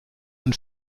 und